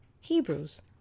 Hebrews